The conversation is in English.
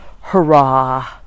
hurrah